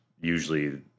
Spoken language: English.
usually